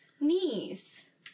knees